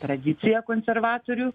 tradiciją konservatorių